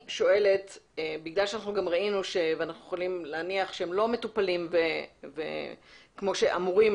אנחנו יכולים להניח שהחומרים האלה לא מטופלים כמו שאמורים